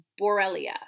Borrelia